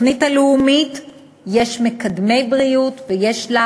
לתוכנית הלאומית יש מקדמי בריאות ויש לה